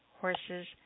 horses